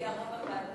מגיע לרוב הוועדות,